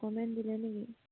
document দিলে নেকি